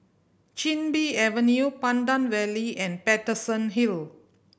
Chin Bee Avenue Pandan Valley and Paterson Hill